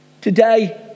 today